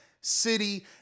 City